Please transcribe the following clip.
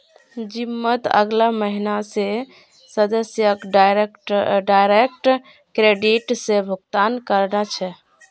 जिमत अगला महीना स सदस्यक डायरेक्ट क्रेडिट स भुक्तान करना छ